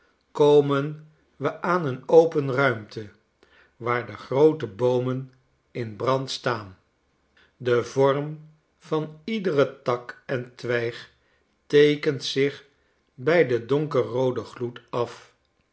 komen we aan een open ruimte waar de groote boomen in brand staan de vorm van iederen tak en twijg teekent zich bij den donkerrooden gloed af